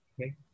okay